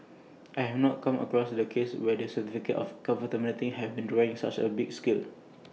I have not come across any case where the certificate of conformity have been withdrawn on such A big scale